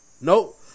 Nope